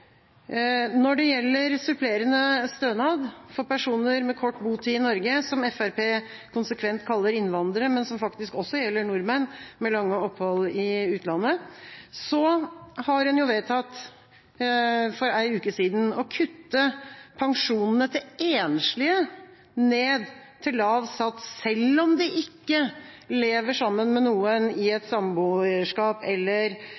Når det gjelder supplerende stønad for personer med kort botid i Norge, som Fremskrittspartiet konsekvent kaller innvandrere, men som faktisk også gjelder nordmenn med lange opphold i utlandet, vedtok en for en uke siden å kutte pensjonene til enslige ned til lav sats, selv om de ikke lever sammen med noen i et samboerskap eller